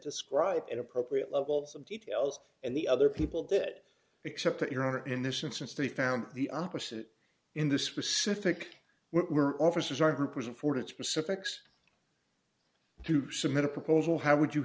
describe an appropriate levels of details and the other people did except that you're in this instance they found the opposite in the specific were officers our group was afforded specifics to submit a proposal how would you